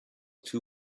too